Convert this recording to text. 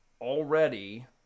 already